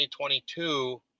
2022